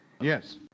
Yes